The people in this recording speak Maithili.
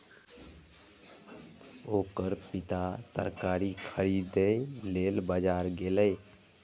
ओकर पिता तरकारी खरीदै लेल बाजार गेलैए